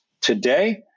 today